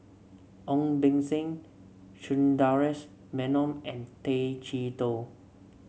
Ong Beng Seng Sundaresh Menon and Tay Chee Toh